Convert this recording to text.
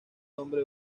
nombre